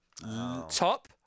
Top